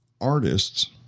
Artists